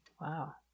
Wow